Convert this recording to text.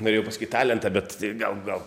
norėjau pasakyt talentą bet gal gal